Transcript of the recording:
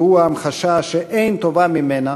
והוא המחשה שאין טובה ממנה